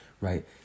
right